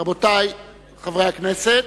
רבותי חברי הכנסת,